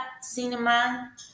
cinema